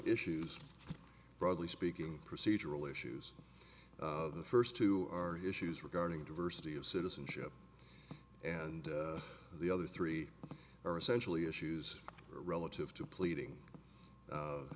issues broadly speaking procedural issues the first two are issues regarding diversity of citizenship and the other three are essentially issues relative to pleading